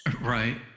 Right